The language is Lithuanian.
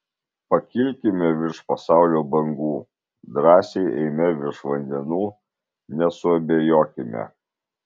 pakilkime virš pasaulio bangų drąsiai eime virš vandenų nesuabejokime